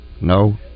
No